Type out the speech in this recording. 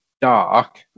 dark